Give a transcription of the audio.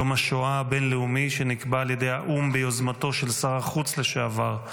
יום השואה הבין-לאומי שנקבע על ידי האו"ם ביוזמתו של שר החוץ לשעבר,